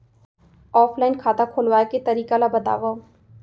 Offline खाता खोलवाय के तरीका ल बतावव?